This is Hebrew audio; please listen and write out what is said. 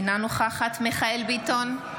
אינה נוכחת מיכאל מרדכי ביטון,